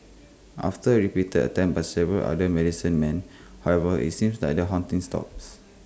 after repeated attempts by several other medicine men however IT seems like the haunting stops